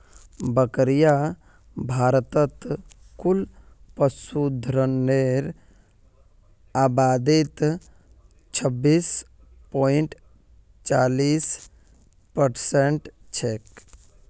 बकरियां भारतत कुल पशुधनेर आबादीत छब्बीस पॉइंट चालीस परसेंट छेक